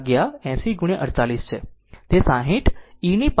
તેથી તે 60 e ની પાવર 5 t